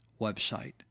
website